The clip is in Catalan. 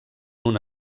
una